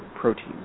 proteins